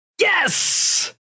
Yes